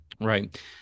right